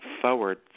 forward